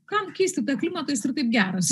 kam keisti tą klimatą jis ir taip geras